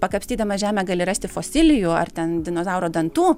pakapstydamas žemę gali rasti fosilijų ar ten dinozauro dantų